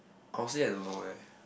costly I don't know leh